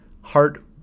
heart